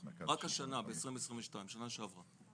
רק השנה ב-2022 שנה שעברה,